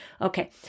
Okay